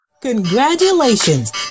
Congratulations